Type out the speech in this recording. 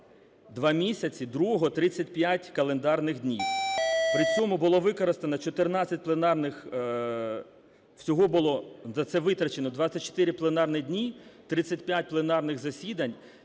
– 2 місяці, другого – 35 календарних днів. При цьому було використано 14 пленарних… Всього було на це витрачено 24 пленарних дні, 35 пленарних засідань